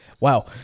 Wow